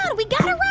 ah we got to